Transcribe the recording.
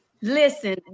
Listen